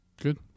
Good